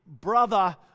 Brother